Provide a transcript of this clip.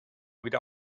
wieder